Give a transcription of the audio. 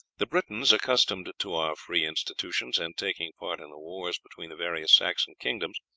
the britons, accustomed to our free institutions, and taking part in the wars between the various saxon kingdoms,